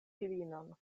filinon